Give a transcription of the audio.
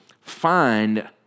find